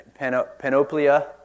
panoplia